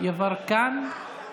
חבר הכנסת גדי יברקן, בבקשה.